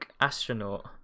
astronaut